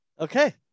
okay